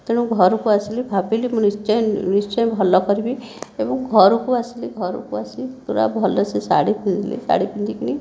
ତେଣୁ ଘରକୁ ଆସିଲି ଭାବିଲି ମୁଁ ନିଶ୍ଚୟ ନିଶ୍ଚୟ ଭଲ କରିବି ଏବଂ ଘରକୁ ଆସିଲି ଘରକୁ ଆସି ପୁରା ଭଲସେ ଶାଢ଼ୀ ପିନ୍ଧିଲି ଶାଢ଼ୀ ପିନ୍ଧିକରି